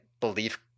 belief